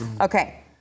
Okay